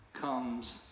comes